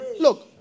Look